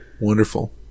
Wonderful